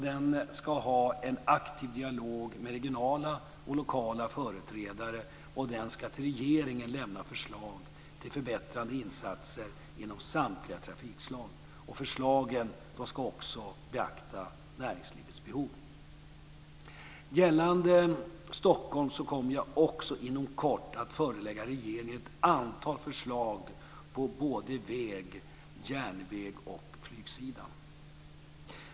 Den ska ha en aktiv dialog med regionala och lokala företrädare och den ska till regeringen lämna förslag till förbättrade insatser inom samtliga trafikslag. Förslagen ska också beakta näringslivets behov. Gällande Stockholm kommer jag också inom kort att förelägga regeringen ett antal förslag på både väg-, järnvägs och flygsidan.